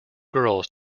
girls